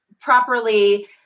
properly